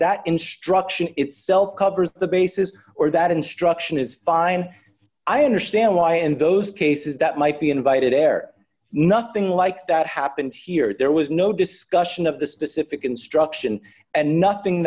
that instruction itself covers the basis or that instruction is fine i understand why in those cases that might be invited air nothing like that happened here there was no discussion of the specific instruction and nothing